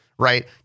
Right